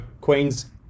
Queen's